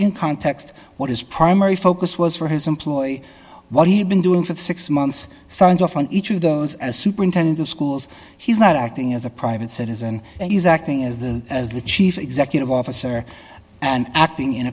in context what is primary focus was for his employ what he had been doing for the six months signed off on each of those as superintendent of schools he's not acting as a private citizen and he's acting as the as the chief executive officer and acting in